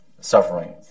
suffering